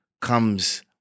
comes